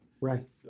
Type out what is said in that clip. Right